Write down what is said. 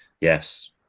yes